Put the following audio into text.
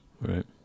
Right